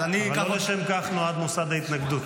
אבל לא לשם כך נועד מוסד ההתנגדות.